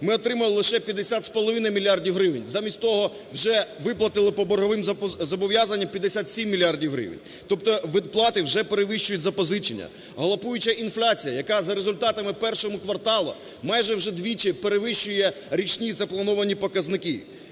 ми отримали лише 50,5 мільярдів гривень, замість того вже виплатити по борговим зобов'язанням 57 мільярдів гривень, тобто виплати вже перевищують запозичення. Галопуюча інфляція, яка за результатами в першому кварталі майже вже двічі перевищує річні заплановані показники.